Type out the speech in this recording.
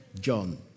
John